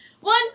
One